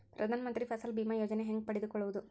ಪ್ರಧಾನ ಮಂತ್ರಿ ಫಸಲ್ ಭೇಮಾ ಯೋಜನೆ ಹೆಂಗೆ ಪಡೆದುಕೊಳ್ಳುವುದು?